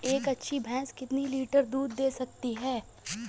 एक अच्छी भैंस कितनी लीटर दूध दे सकती है?